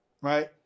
right